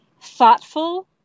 thoughtful